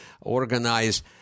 organize